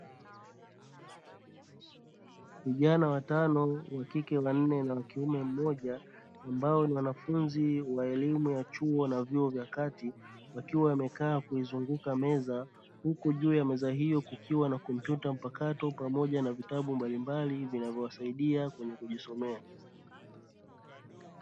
Vijana watano wa kike wanne na wa kiume mmoja, ambao ni wanafunzi wa elimu ya chuo na vyuo vya kati, wakiwa wamekaa kuizunguka meza, huku juu ya meza hiyo kukiwa na kompyuta mpakato pamoja na vitabu mbalimbali vinavyowasaidia kwenye kujisomea.